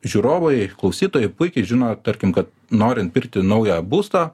žiūrovai klausytojai puikiai žino tarkim kad norint pirkti naują būstą